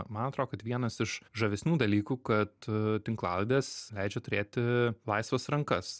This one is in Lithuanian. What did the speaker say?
man atrodo kad vienas iš žavesnių dalykų kad tinklalaidės leidžia turėti laisvas rankas